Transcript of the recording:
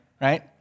right